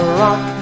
rock